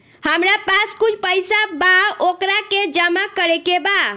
हमरा पास कुछ पईसा बा वोकरा के जमा करे के बा?